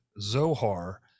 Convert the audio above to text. Zohar